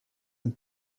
and